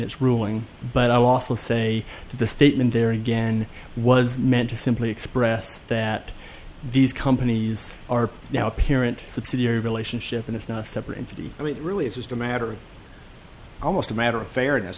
its ruling but i'll also say the statement there again was meant to simply express that these companies are now apparent subsidiary relationship and it's not a separate entity but it really is just a matter almost a matter of fairness